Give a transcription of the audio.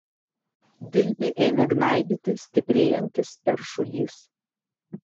dilbį ėmė gnaibyti stiprėjantis peršulys